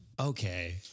okay